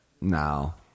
now